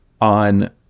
on